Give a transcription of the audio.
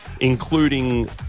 including